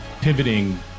pivoting